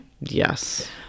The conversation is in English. yes